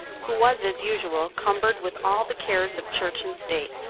who was as usual cumbered with all the cares of church and state.